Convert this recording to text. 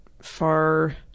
far